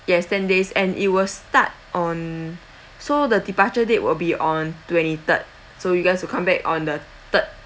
yes ten days and it was start on so the departure date will be on twenty-third so you guys will come back on the third